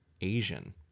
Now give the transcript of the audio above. asian